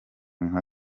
nka